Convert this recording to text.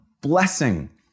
blessing